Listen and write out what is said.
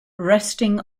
resting